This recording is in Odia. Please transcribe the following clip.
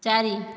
ଚାରି